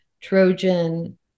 Trojan